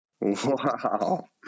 Wow